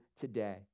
today